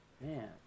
Man